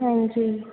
ਹਾਂਜੀ